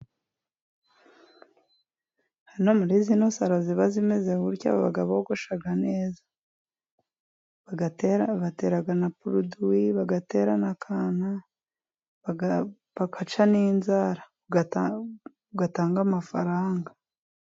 Hano muri zino saro ziba zimeze gutya， baba bogosha neza，baba batera na poruduwi，bagatera na kanta，bagaca n’inzara， ugatanga amafaranga.